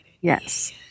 Yes